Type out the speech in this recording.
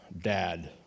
Dad